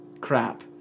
Crap